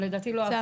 זה עבר ועדת